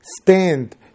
stand